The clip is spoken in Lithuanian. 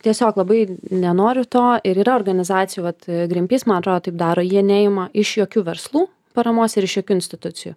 tiesiog labai nenoriu to ir yra organizacijų vat greenpeace man atrodo taip daro jie neima iš jokių verslų paramos ir iš jokių institucijų